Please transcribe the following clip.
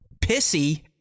pissy